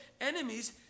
enemies